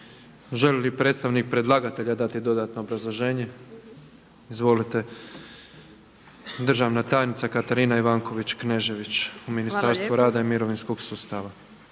Želi li predstavnik predlagatelja dati dodatno obrazloženje? Izvolite, državna tajnica Katarina Ivanković Knežević u Ministarstvu rada i mirovinskog sustava.